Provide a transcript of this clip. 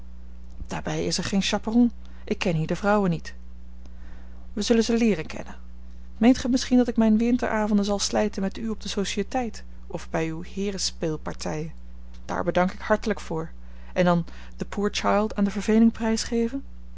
daarbij is er geen chaperon ik ken hier de vrouwen niet wij zullen ze leeren kennen meent gij misschien dat ik mijne winteravonden zal slijten met u op de sociëteit of bij uw heerenspeelpartijen daar bedank ik hartelijk voor en dan the poor child aan de verveling